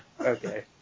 Okay